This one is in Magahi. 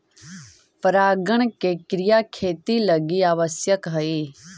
परागण के क्रिया खेती लगी आवश्यक हइ